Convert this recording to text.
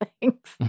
thanks